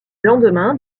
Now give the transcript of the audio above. lendemain